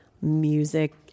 music